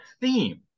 theme